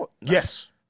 Yes